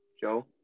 Joe